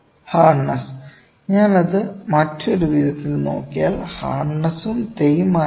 hardness ഞാൻ അത് മറ്റൊരു വിധത്തിൽ നോക്കിയാൽ ഹാർഡ്നെസും തേയ്മാനവും